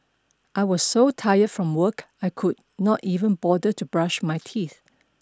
I was so tired from work I could not even bother to brush my teeth